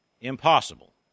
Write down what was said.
impossible